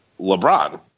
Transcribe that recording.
LeBron